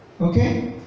Okay